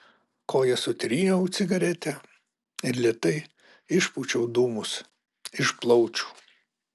koja sutryniau cigaretę ir lėtai išpūčiau dūmus iš plaučių